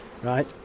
Right